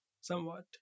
Somewhat